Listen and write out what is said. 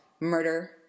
murder